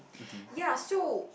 ya so